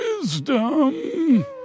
wisdom